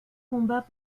combats